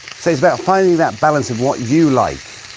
so it's about finding that balance of what you like.